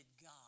God